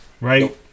right